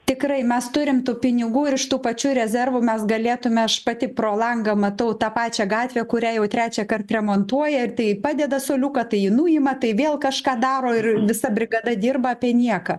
tikrai mes turim tų pinigų ir iš tų pačių rezervų mes galėtumėme aš pati pro langą matau tą pačią gatvę kurią jau trečiąkart remontuoja ir tai padeda suoliuką tai jį nuima tai vėl kažką daro ir visa brigada dirba apie nieką